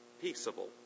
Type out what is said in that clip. Peaceable